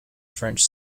french